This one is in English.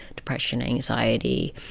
depression, anxiety,